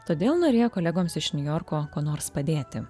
todėl norėjo kolegoms iš niujorko kuo nors padėti